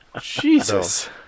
Jesus